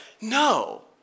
No